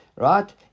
Right